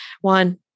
One